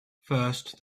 first